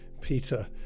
Peter